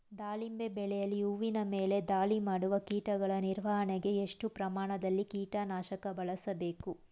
ದಾಳಿಂಬೆ ಬೆಳೆಯಲ್ಲಿ ಹೂವಿನ ಮೇಲೆ ದಾಳಿ ಮಾಡುವ ಕೀಟಗಳ ನಿರ್ವಹಣೆಗೆ, ಎಷ್ಟು ಪ್ರಮಾಣದಲ್ಲಿ ಕೀಟ ನಾಶಕ ಬಳಸಬೇಕು?